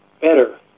better